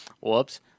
Whoops